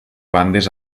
bandes